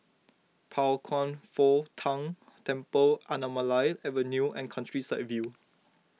Pao Kwan Foh Tang Temple Anamalai Avenue and Countryside View